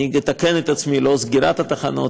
אתקן את עצמי: לא סגירת התחנות,